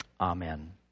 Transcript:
Amen